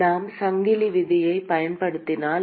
நாம் சங்கிலி விதியைப் பயன்படுத்தினால்